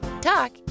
talk